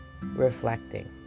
reflecting